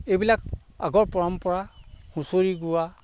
এইবিলাক আগৰ পৰম্পৰা হুঁচৰি গোৱা